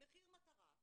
מחיר מטרה,